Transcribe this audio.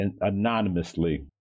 Anonymously